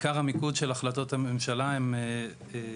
עיקר המיקוד של החלטות הממשלה הוא מיקוד